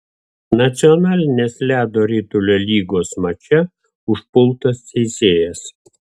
nacionalinės ledo ritulio lygos mače užpultas teisėjas